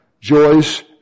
Joyce